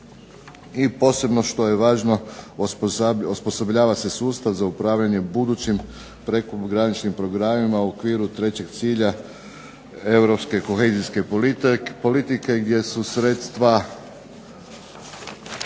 i posebno što je važno osposobljava se sustav za upravljanjem budućim prekograničnim programima u okviru trećeg cilja Europske kohezijske politike gdje su sredstva